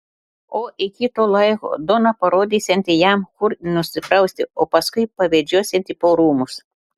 o iki to laiko dona parodysianti jam kur nusiprausti o paskui pavedžiosianti po rūmus